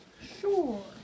Sure